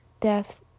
death